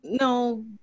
no